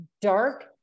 dark